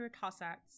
Cossacks